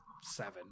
seven